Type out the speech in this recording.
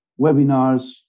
webinars